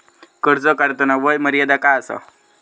कर्ज काढताना वय मर्यादा काय आसा?